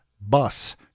bus